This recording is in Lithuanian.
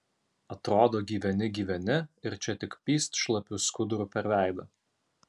atrodo gyveni gyveni ir čia tik pyst šlapiu skuduru per veidą